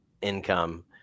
income